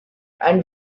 and